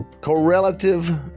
correlative